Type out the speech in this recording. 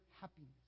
happiness